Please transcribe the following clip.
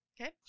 Okay